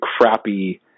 crappy